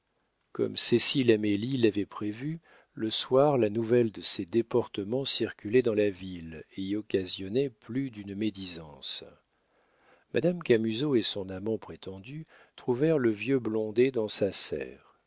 comme cécile amélie l'avait prévu le soir la nouvelle de ses déportements circulait dans la ville et y occasionnait plus d'une médisance madame camusot et son amant prétendu trouvèrent le vieux blondet dans sa serre